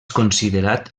considerat